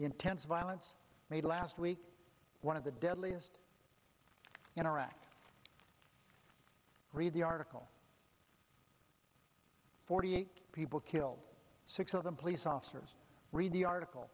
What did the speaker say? intense violence made last week one of the deadliest in iraq read the article forty people killed six of them police officers read the article